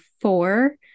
four